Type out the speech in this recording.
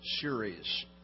series